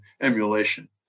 emulation